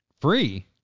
free